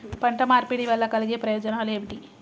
పంట మార్పిడి వల్ల కలిగే ప్రయోజనాలు ఏమిటి?